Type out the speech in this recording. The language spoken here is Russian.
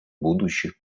будущих